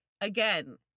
again